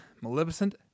Maleficent